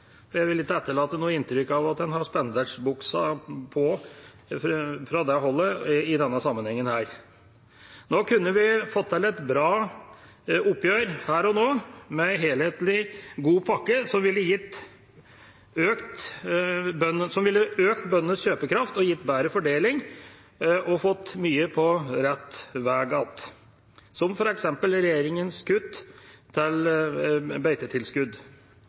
jeg vil ikke etterlate noe inntrykk av at man har spanderbuksene på fra det holdet i denne sammenhengen. Nå kunne vi fått til et bra oppgjør her og nå, med en helhetlig, god pakke som ville økt bøndenes kjøpekraft, gitt bedre fordeling og fått mye på rett vei igjen – som f.eks. regjeringas kutt til beitetilskudd.